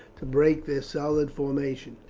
to break their solid formation.